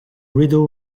rideau